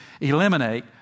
eliminate